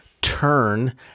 turn